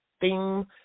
theme